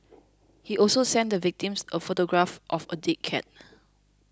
he also sent the victims a photograph of a dead cat